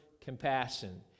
compassion